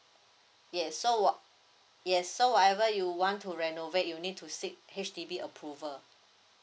yes so yes so whatever you want to renovate you need to seek H_D_B approval